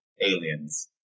aliens